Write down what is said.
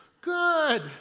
Good